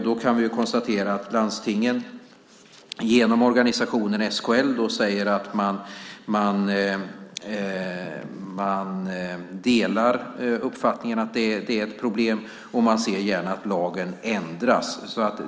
Då kan vi konstatera att landstingen genom organisationen SKL säger att man delar uppfattningen att det är ett problem, och man ser gärna att lagen ändras.